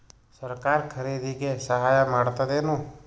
ಸರಕಾರ ಖರೀದಿಗೆ ಸಹಾಯ ಮಾಡ್ತದೇನು?